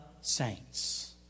saints